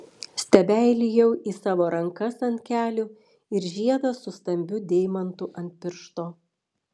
stebeilijau į savo rankas ant kelių ir žiedą su stambiu deimantu ant piršto